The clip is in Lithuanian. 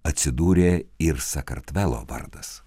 atsidūrė ir sakartvelo vardas